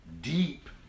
deep